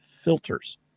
filters